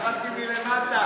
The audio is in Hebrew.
לוועדת החוקה,